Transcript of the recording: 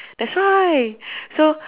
that's right so